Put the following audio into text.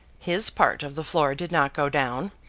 his part of the floor did not go down.